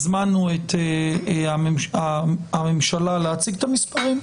הזמנו את הממשלה להציג את המספרים.